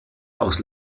aus